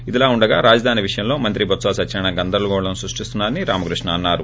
ఇదిలా ఉండగా రాజధాని విషయంలో మంత్రి బొత్స సత్యనారాయణ గందరగోళం సృష్టిస్తున్నా రని రామకృష్ణ అన్నారు